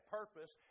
purpose